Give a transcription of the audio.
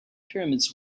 pyramids